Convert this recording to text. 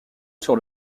sur